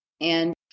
And-